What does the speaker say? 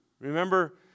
Remember